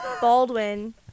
Baldwin